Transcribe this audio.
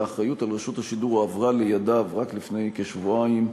שהאחריות לרשות השידור הועברה לידיו רק לפני כשבועיים,